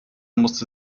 musste